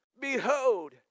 Behold